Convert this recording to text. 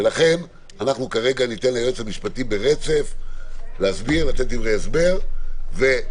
ולכן אנחנו כרגע ניתן ליועץ המשפטי ברצף לתת דברי הסבר ולהקריא,